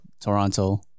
Toronto